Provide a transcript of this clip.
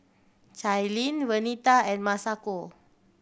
Cailyn Vernita and Masako